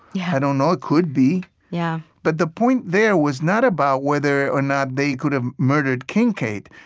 yeah don't know. it could be yeah but the point there was not about whether or not they could have murdered kincaid.